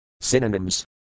Synonyms